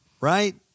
right